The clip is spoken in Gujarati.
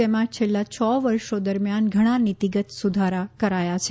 જેમાં છેલ્લા છ વર્ષો દરમિયાન ઘણા નિતિગત સુધારા કરાયા છે